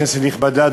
כנסת נכבדה,